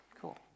Cool